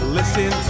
listen